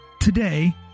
today